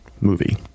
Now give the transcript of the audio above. movie